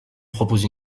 propose